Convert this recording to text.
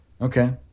Okay